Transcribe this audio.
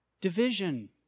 Division